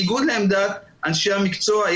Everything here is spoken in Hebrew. היא הייתה בניגוד למדת אנשי המקצוע,